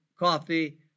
coffee